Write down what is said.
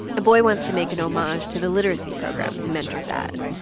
a boy wants to make an homage to the literacy program he mentors at.